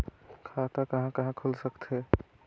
खाता कहा कहा खुल सकथे?